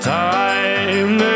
time